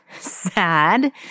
sad